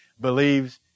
believes